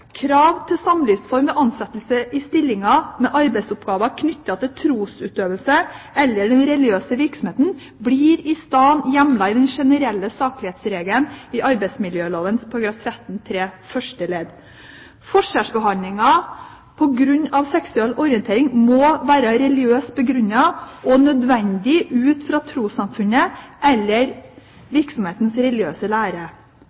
Krav til samlivsform ved ansettelse i stillinger med arbeidsoppgaver knyttet til trosutøvelse eller religiøs virksomhet blir isteden hjemlet i den generelle saklighetsregelen i arbeidsmiljøloven § 13-3 første ledd. Forskjellsbehandling på grunn av seksuell orientering må være religiøst begrunnet og nødvendig ut fra trossamfunnet eller virksomhetens religiøse lære.